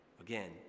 Again